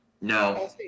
No